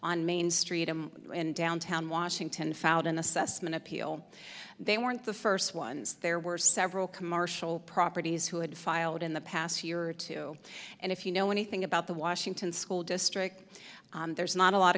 on main street i'm in downtown washington found an assessment appeal they weren't the first ones there were several commercial properties who had filed in the past year or two and if you know anything about the washington school district there's not a lot